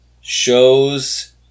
shows